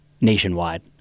Nationwide